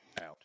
out